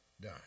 die